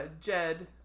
Jed